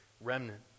remnant